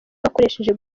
bakoresheje